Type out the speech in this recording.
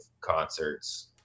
concerts